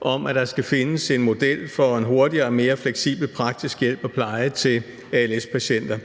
om, at der skal findes en model for en hurtigere og mere fleksibel praktisk hjælp og pleje til als-patienter.